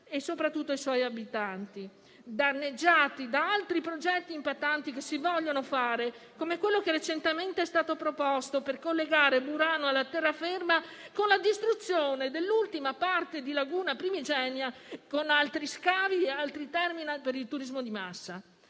e, soprattutto, i suoi abitanti, danneggiati da altri progetti impattanti che si vogliono fare, come quello che recentemente è stato proposto per collegare Murano alla terraferma, con la distruzione dell'ultima parte di laguna primigenia con altri scali e *terminal* per il turismo di massa.